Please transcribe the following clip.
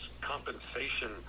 compensation